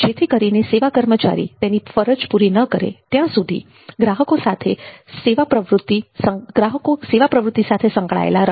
જેથી કરીને સેવા કર્મચારી તેની ફરજ પૂરી ન કરે ત્યાં સુધી ગ્રાહકો સેવા પ્રવૃત્તિ સાથે સંકળાયેલા રહે